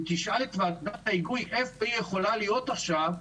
אם תשאל את ועדת ההיגוי איפה היא יכולה להיות עכשיו,